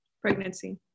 pregnancy